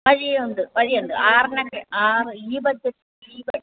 വഴിയുണ്ട് വഴിയുണ്ട് ആറിനൊക്കെ ആറിനൊ ഈ ബഡ്ജറ്റ് ഈ ബ